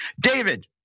David